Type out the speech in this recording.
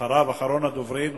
אחריו, אחרון הדוברים,